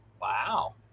Wow